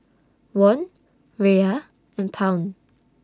Won Riyal and Pound